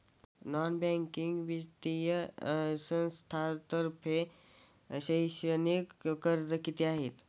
Non banking वित्तीय संस्थांतर्फे शैक्षणिक कर्ज किती आहे?